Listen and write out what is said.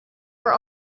were